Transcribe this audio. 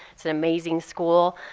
it's an amazing school.